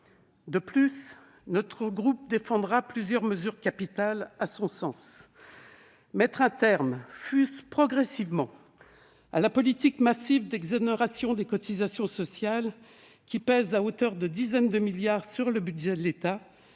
ailleurs, notre groupe défendra plusieurs mesures qu'il estime capitales. Il convient de mettre un terme, fût-ce progressivement, à la politique massive d'exonérations des cotisations sociales, qui pèse à hauteur de dizaines de milliards d'euros sur le budget de l'État